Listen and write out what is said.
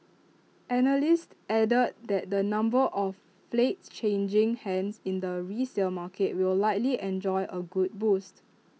analysts added that the number of flats changing hands in the resale market will likely enjoy A good boost